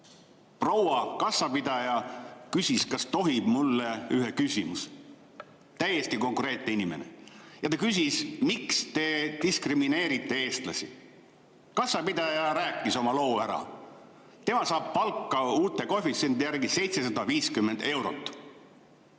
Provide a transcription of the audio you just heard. proua kassapidaja küsis, kas tohib mulle ühe küsimuse [esitada]. Täiesti konkreetne inimene. Ja ta küsis, miks te diskrimineerite eestlasi. Kassapidaja rääkis oma loo ära. Tema saab palka uute koefitsientide järgi 750 eurot,